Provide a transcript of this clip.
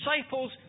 disciples